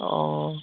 অঁ